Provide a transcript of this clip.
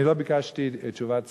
אני לא ביקשתי תשובת שר,